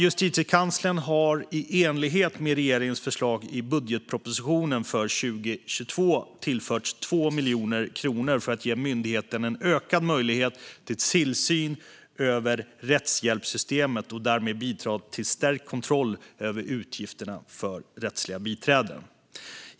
Justitiekanslern har i enlighet med regeringens förslag i budgetpropositionen för 2022 tillförts 2 miljoner kronor för att ge myndigheten en ökad möjlighet till tillsyn över rättshjälpssystemet och därmed bidra till stärkt kontroll över utgifterna för rättsliga biträden.